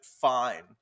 fine